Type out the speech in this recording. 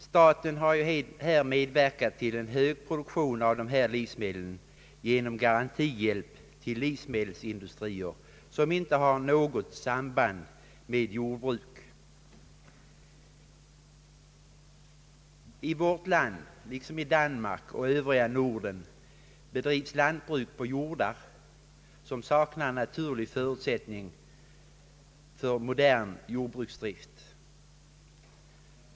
Staten har ju här medverkat till en hög produktion av dessa livsmedel genom garantihjälp till livsmedelsindustrier som inte har något samband med jordbruk. I vårt land liksom i Danmark och i övriga Norden bedrivs lantbruk på jordar som saknar naturliga förutsättningar för modern jordbruksdrift.